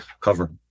cover